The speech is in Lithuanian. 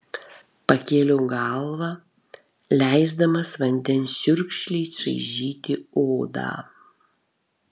pakėliau galvą leisdamas vandens čiurkšlei čaižyti odą